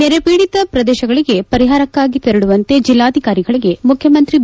ನೆರೆಪೀಡಿತ ಪ್ರದೇಶಗಳಗೆ ಪರಿಹಾರಕ್ಕಾಗಿ ತೆರಳುವಂತೆ ಜಿಲ್ಲಾಧಿಕಾರಿಗಳಗೆ ಮುಖ್ಚಮಂತ್ರಿ ಬಿ